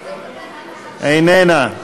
איננה.